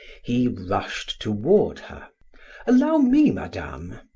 he rushed toward her allow me, madame.